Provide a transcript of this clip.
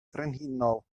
frenhinol